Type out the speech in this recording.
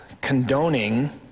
condoning